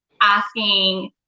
asking